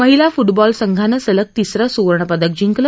महिला फुटबॉंल संघानं सलग तिसरं सुवर्ण पदक जिंकलं